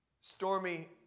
stormy